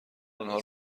اونها